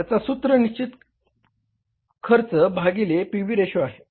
त्याचा सूत्र निश्चित खर्च भागिले पी व्ही रेशो आहे